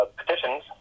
petitions